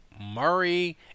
Murray